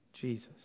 Jesus